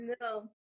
No